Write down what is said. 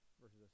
versus